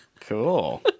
Cool